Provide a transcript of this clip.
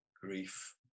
grief